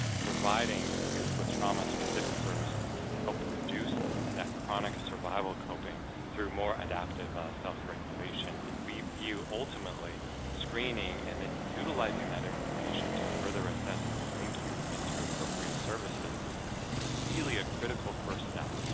providing youth with trauma-specific services can help reduce that chronic survival coping through more adaptive self-regulation and we view ultimately screening and then utilizing that information to further assess and link youth into appropriate services is really a critical first step.